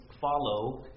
follow